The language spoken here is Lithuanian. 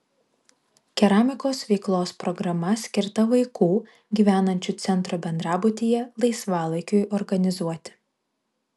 keramikos veiklos programa skirta vaikų gyvenančių centro bendrabutyje laisvalaikiui organizuoti